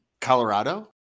Colorado